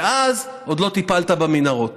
ואז עוד לא טיפלת במנהרות.